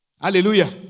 Hallelujah